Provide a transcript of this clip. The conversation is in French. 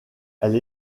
elle